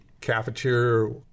cafeteria